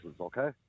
okay